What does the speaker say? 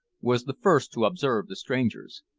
was the first to observe the strangers.